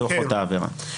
בתוך אותה עבירה.